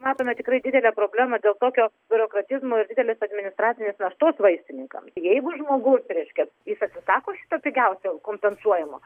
matome tikrai didelę problemą dėl tokio biurokratizmo ir didelės administracinės naštos vaistininkams jeigu žmogus reiškia jis atsisako šito pigiausio kompensuojamo